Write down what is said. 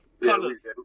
colors